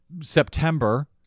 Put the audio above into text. September